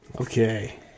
Okay